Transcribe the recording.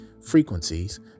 frequencies